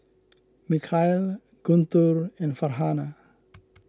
Mikhail Guntur and Farhanah